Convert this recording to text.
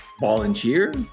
volunteer